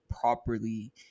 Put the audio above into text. properly